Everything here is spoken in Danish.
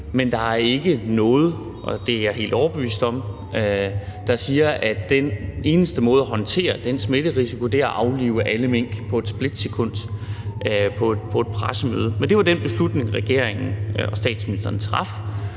men det er ikke noget – og det er jeg helt overbevist om – der tilsiger, at den eneste måde at håndtere den smitterisiko er at aflive alle mink på et splitsekund på et pressemøde. Men det var den beslutning, regeringen og statsministeren traf,